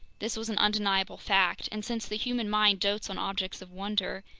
this was an undeniable fact and since the human mind dotes on objects of wonder,